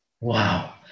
Wow